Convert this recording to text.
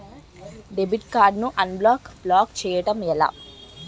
Debit card ను unblock block చేయటం ఎలా?